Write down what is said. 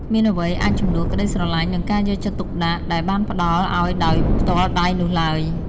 គ្មានអ្វីអាចជំនួសក្តីស្រឡាញ់ និងការយកចិត្តទុកដាក់ដែលបានផ្តល់ឲ្យដោយផ្ទាល់ដៃនោះឡើយ។